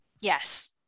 Yes